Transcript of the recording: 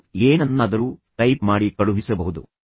ನೀವು ಏನನ್ನಾದರೂ ಟೈಪ್ ಮಾಡಿ ಕಳುಹಿಸಬಹುದು